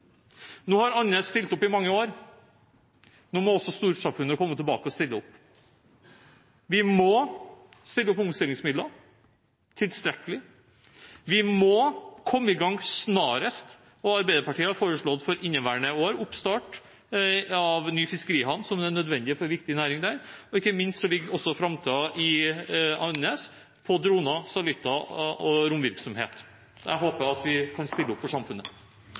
Nå har Andenes stilt opp i mange år. Nå må også storsamfunnet komme tilbake og stille opp. Vi må stille opp med omstillingsmidler – tilstrekkelig – vi må komme i gang snarest. Arbeiderpartiet har for inneværende år foreslått oppstart av ny fiskerihavn, som er nødvendig for en viktig næring der. Ikke minst ligger framtiden i Andenes i droner, satellitter og romvirksomhet. Jeg håper at vi kan stille opp for samfunnet.